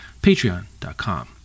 patreon.com